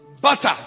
Butter